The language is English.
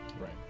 Right